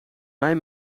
mij